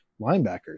linebackers